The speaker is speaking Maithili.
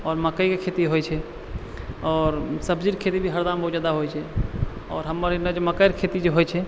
आओर मकइके खेती होइ छै आओर सब्जी आओरके खेती भी हरदामे बहुत ज्यादा होइ छै आओर हमर एन्ने मकइ आओरके खेती जे होइ छै